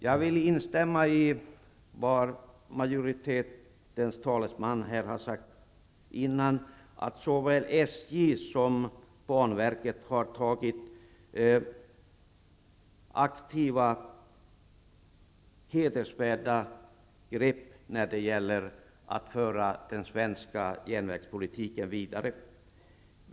Jag instämmer i vad majoritetens talesman sade här förut: Såväl SJ som banverket har tagit aktiva och hedervärda grepp när det gäller att föra den svenska järnvägspolitiken vidare.